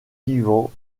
vivant